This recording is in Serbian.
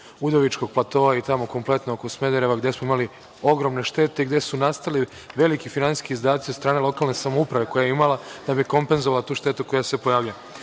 Udovičkog platoa i tamo kompletno oko Smedereva, gde smo imali ogromne štete i gde su nastali veliki finansijski izdaci od strane lokalne samouprave koja je imala, da bi kompenzovala tu štetu koja se pojavljuje. Nama